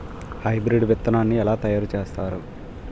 Hybrid విత్తనాన్ని ఏలా తయారు చేస్తారు?